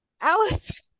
Alice